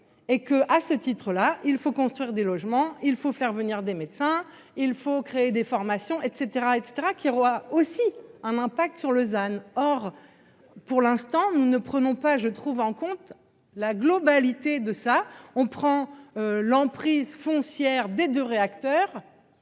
et que à ce titre-là il faut construire des logements, il faut faire venir des médecins, il faut créer des formations etc etc qui roi aussi un impact sur Lausanne or. Pour l'instant, nous ne prenons pas je trouve en compte la globalité de ça, on prend l'emprise foncière des 2 réacteurs.